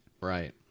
Right